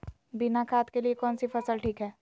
बिना खाद के लिए कौन सी फसल ठीक है?